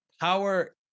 power